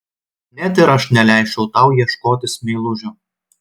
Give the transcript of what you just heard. net ir aš neleisčiau tau ieškotis meilužio